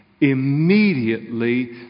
Immediately